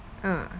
ah